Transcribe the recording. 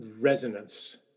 resonance